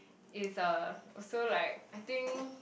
it's a also like I think